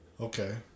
Okay